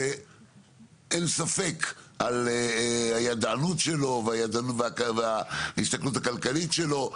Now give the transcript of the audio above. שאין ספק על הידענות שלו ועל ההסתכלות הכלכלית שלו,